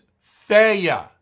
failure